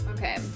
Okay